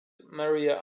maria